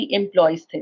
employees